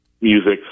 music